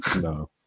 No